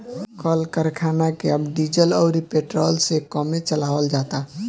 कल करखना के अब डीजल अउरी पेट्रोल से कमे चलावल जाता